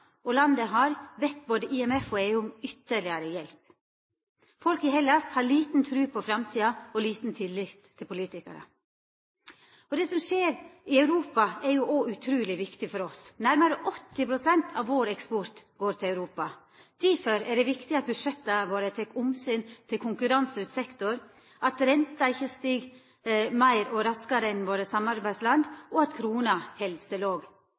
og landet har bedt både IMF og EU om ytterlegare hjelp. Folk i Hellas har lita tru på framtida og liten tillit til politikarar. Det som skjer i Europa, er òg utruleg viktig for oss. Nærare 80 pst. av vår eksport går til Europa. Difor er det viktig at budsjetta våre tek omsyn til konkurranseutsett sektor, at renta ikkje stig meir og raskare enn i våre samarbeidsland, og at krona held seg låg.